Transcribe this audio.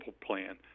plan